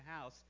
house